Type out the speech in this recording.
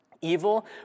evil